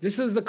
this is the